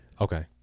Okay